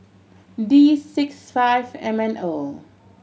D six five M N O